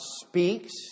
speaks